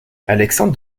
alexandre